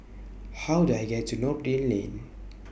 How Do I get to Noordin Lane